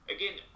Again